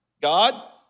God